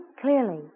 clearly